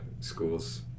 schools